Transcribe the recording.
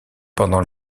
pendant